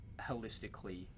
holistically